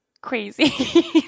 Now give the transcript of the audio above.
crazy